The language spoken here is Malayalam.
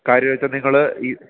കാര്യമായിട്ടും നിങ്ങൾ ഈ